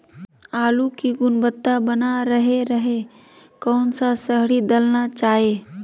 आलू की गुनबता बना रहे रहे कौन सा शहरी दलना चाये?